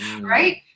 Right